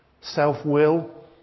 self-will